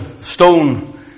stone